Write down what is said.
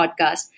podcast